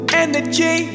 energy